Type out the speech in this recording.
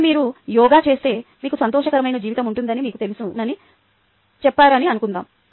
ఇప్పుడు మీరు యోగా చేస్తే మీకు సంతోషకరమైన జీవితం ఉంటుందని మీకు తెలుసని చెప్పారని అనుకుందాం